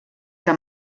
que